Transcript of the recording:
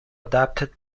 adopted